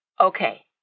Okay